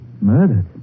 Murdered